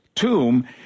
tomb